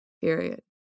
period